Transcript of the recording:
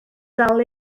dal